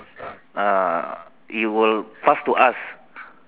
uh it will pass to us